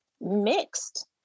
mixed